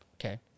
Okay